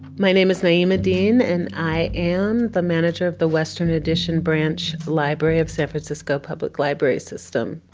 my name is naima dean and i am the manager of the western addition branch library of san francisco public library system.